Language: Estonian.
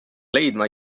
leidma